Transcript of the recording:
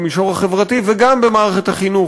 במישור החברתי וגם במערכת החינוך.